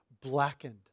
blackened